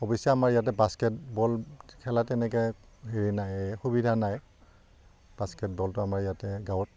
অৱশ্যে আমাৰ ইয়াতে বাস্কেটবল খেলা তেনেকৈ হেৰি নাই সুবিধা নাই বাস্কেটবলটো আমাৰ ইয়াতে গাঁৱত